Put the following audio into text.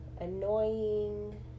annoying